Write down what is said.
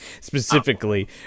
specifically